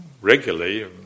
regularly